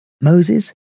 Moses